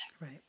Right